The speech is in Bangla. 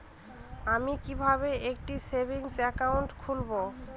আমি কিভাবে একটি সেভিংস অ্যাকাউন্ট খুলব?